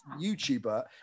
YouTuber